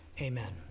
Amen